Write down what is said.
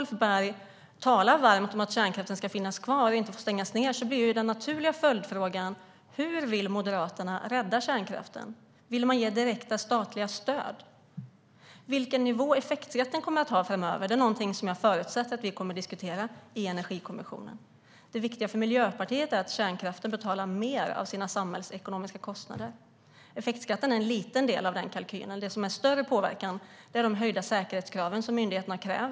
Ulf Berg talar varmt om att kärnkraften ska finnas kvar och inte stängas ned. Då blir den naturliga följdfrågan hur Moderaterna vill rädda kärnkraften. Vill man ge direkta statliga stöd? Vilken nivå effekträtten kommer att ha framöver är något jag förutsätter att vi kommer att diskutera i Energikommissionen. Det viktiga för Miljöpartiet är att kärnkraften betalar mer av sina samhällsekonomiska kostnader. Effektskatten är en liten del av den kalkylen. Det som är en större påverkan är de höjda säkerhetskraven som myndigheterna har ställt.